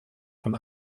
von